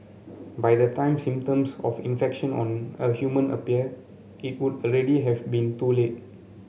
by the time symptoms of infection on a human appear it would already have been too late